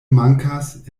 mankas